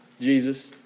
Jesus